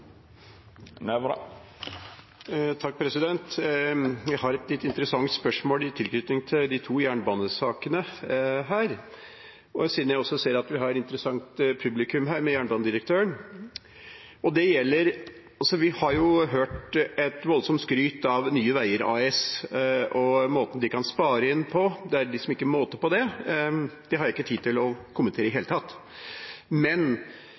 Jeg har et litt interessant spørsmål i tilknytning til disse to jernbanesakene, siden jeg også ser at vi har et interessant publikum her, med jernbanedirektøren. Vi har jo hørt et voldsomt skryt av Nye veier AS og måten de kan spare inn på, det er liksom ikke måte på det. Det har jeg ikke tid til å kommentere i det hele tatt. Vi ser jo at noen anslag går opp på jernbaneutbygging i forhold til styringsrammen i NTP, men